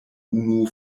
unu